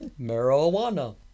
Marijuana